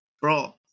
bro